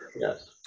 Yes